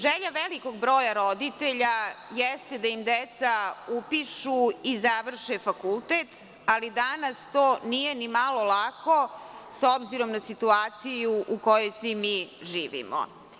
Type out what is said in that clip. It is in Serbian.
Želja velikog broja roditelja jeste da im deca upišu i završe fakultet, ali danas to nije ni malo lako, s obzirom na situaciju u kojoj svi mi živimo.